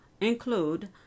include